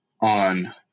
on